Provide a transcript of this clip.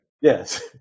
Yes